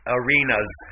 arenas